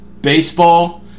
Baseball